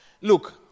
look